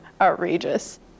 outrageous